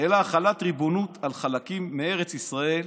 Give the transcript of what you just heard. אלא החלת ריבונות על חלקים מארץ ישראל,